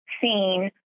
seen